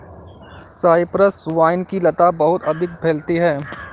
Cyprus vine की लता बहुत अधिक फैलती है